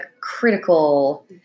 critical